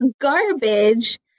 garbage